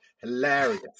hilarious